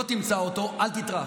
לא תמצא אותו, אל תטרח.